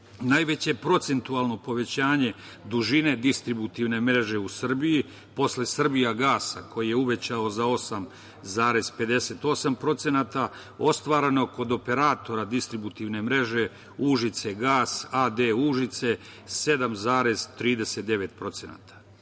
najveće procentualno povećanje dužine distributivne mreže u Srbiji, posle „Srbijagasa“ koji je uvećao za 8,58% ostvareno kod operatora distributivne mreže „Užice gas“ a.d. Užice 7,39%.